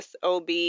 SOB